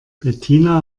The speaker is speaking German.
bettina